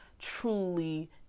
truly